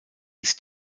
ist